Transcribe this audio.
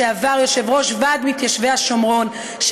לשעבר יושב-ראש ועד מתיישבי השומרון,